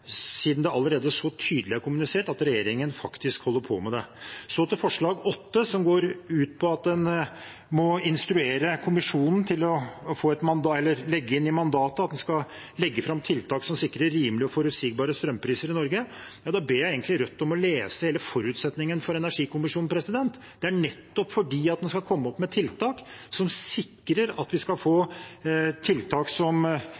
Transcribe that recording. siden det allerede er kommunisert så tydelig at regjeringen faktisk holder på med det. Så til forslag nr. 8, som går ut på at en må instruere kommisjonen til å legge inn i mandatet at en skal legge fram tiltak som sikrer rimelige og forutsigbare strømpriser i Norge: Da ber jeg Rødt om å lese hele forutsetningen for energikommisjonen. Det er nettopp at en skal komme opp med tiltak som sikrer at vi skal